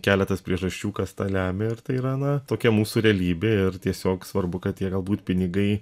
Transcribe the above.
keletas priežasčių kas tą lemia ir tai yra na tokia mūsų realybė ir tiesiog svarbu kad tie galbūt pinigai